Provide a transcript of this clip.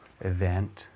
event